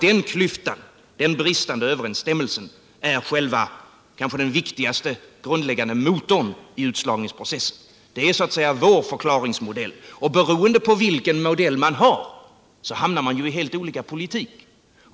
Denna bristande överensstämmelse är kanske den viktigaste motorn i utslagningsprocessen. — Det är vår förklaringsmodell. Beroende på vilken modell man väljer hamnar man i helt olika politik.